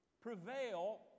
prevail